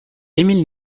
emile